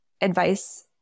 Advice